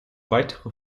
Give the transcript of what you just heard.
weitere